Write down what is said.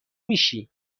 میشی